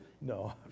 No